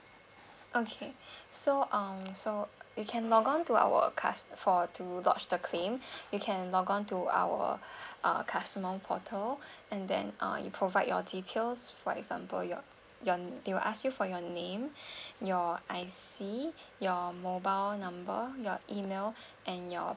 okay so um so you can log on to our cust~ for to lodge the claim you can log on to our uh customer portal and then uh you provide your details for example your your they will ask you for your names your I_C your mobile number your email and your